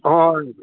ꯍꯣꯏ